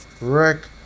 Rick